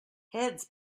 heads